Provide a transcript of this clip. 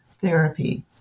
therapy